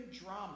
drama